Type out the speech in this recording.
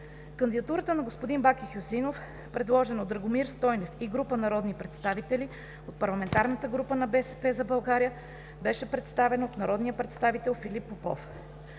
Кандидатурата на господин Баки Хюсеинов, предложена от Драгомир Стойнев и група народни представители от ПГ на „БСП за България“, беше представена от народния представител Филип Попов.